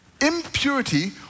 impurity